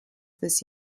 this